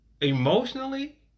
Emotionally